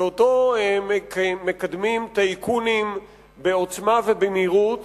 שמקדמים טייקונים בעוצמה ובמהירות